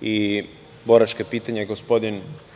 i boračka pitanja, gospodin Zoran Đorđević,